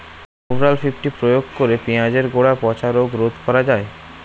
Rovral fifty প্রয়োগ করে পেঁয়াজের গোড়া পচা রোগ রোধ করা যায়?